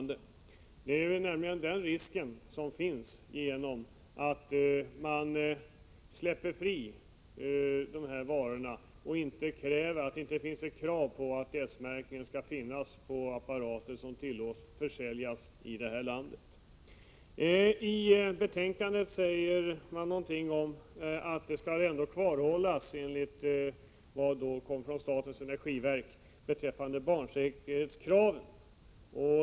Det är nämligen den risken som finns, om man släpper vissa varor fria och inte kräver att det skall finnas S-märkning på apparater som tillåts säljas. I betänkandet säger man någonting om att statens energiverk beaktar frågan om barnsäkerhetskraven.